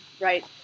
right